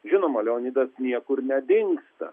žinoma leonidas niekur nedingsta